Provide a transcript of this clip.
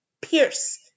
pierce